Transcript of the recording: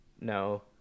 No